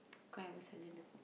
can't even silent the phone